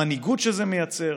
המנהיגות שזה מייצר.